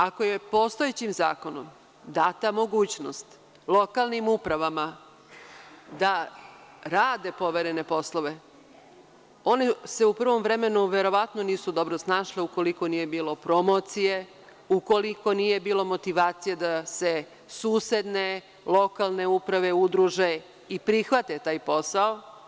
Ako je postojećim zakonom data mogućnost lokalnim upravama da rade poverene poslove, one se u prvom vremenu verovatno nisu dobro snašle ukoliko nije bilo promocije, ukoliko nije bilo motivacije da susedne lokalne uprave udruže i prihvate taj posao.